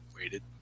waited